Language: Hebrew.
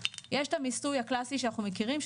יש את המיסוי הקלאסי שאנחנו מכירים,